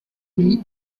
lui